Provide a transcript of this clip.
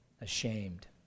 ashamed